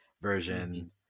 version